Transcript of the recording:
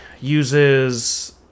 uses